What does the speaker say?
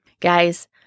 Guys